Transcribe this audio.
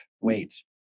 wait